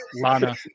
Lana